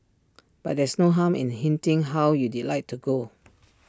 but there's no harm in hinting how you'd like to go